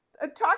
Talk